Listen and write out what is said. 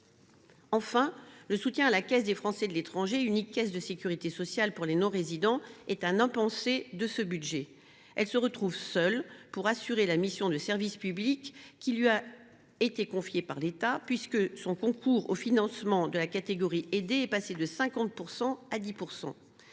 Enfin, le soutien à la Caisse des Français de l’étranger, unique caisse de sécurité sociale pour les non résidents, est un impensé de ce budget. Cet organisme se retrouve seul pour assurer la mission de service public que lui a confié l’État, puisque le concours de ce dernier au financement de la catégorie aidée est passé de 50 % à 10 %.